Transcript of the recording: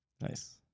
Nice